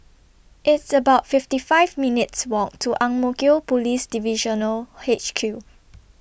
It's about fifty five minutes' Walk to Ang Mo Kio Police Divisional H Q